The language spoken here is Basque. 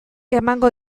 emango